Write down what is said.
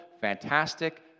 fantastic